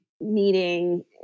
meeting